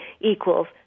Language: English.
equals